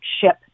ship